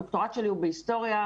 הדוקטורט שלי הוא בהיסטוריה,